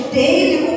daily